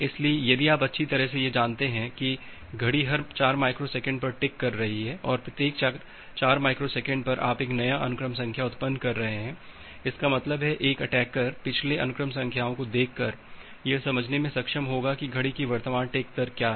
इसलिए यदि आप अच्छी तरह से यह जानते हैं कि घड़ी हर 4 माइक्रोसेकंड पर टिक कर रही है और प्रत्येक 4 माइक्रोसेकंड पर आप एक नया अनुक्रम संख्या उत्पन्न कर रहे हैं इसका मतलब है एक अटैकर पिछले अनुक्रम संख्याओं को देखकर यह समझने में सक्षम होगा कि घड़ी की वर्तमान टिक दर क्या है